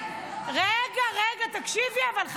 --- רגע, רגע, תקשיבי, אבל.